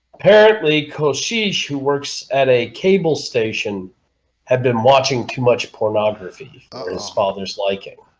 apparently cochise who works at a cable station had been watching too much pornography his father's liking